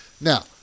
Now